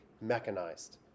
mechanized